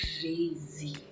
crazy